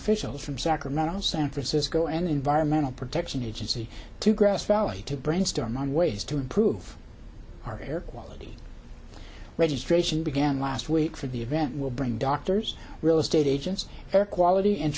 officials from sacramento and san francisco an environmental protection agency to grass valley to brainstorm on ways to improve our air quality registration began last week for the event will bring doctors real estate agents air quality and